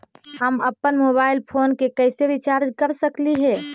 हम अप्पन mobile phone के कैसे रिचार्ज कर सकली हे?